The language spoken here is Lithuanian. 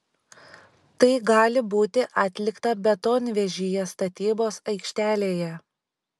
tai gali būti atlikta betonvežyje statybos aikštelėje